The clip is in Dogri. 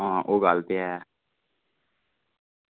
हां ओह् गल्ल ते ऐ